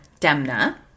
Demna